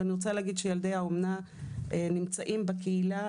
אני רוצה להגיד שילדי האומנה נמצאים בקהילה,